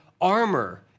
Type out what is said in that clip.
armor